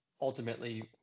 ultimately